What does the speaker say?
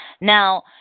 Now